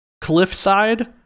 Cliffside